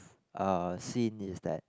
uh seen is that